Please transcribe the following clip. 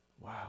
Wow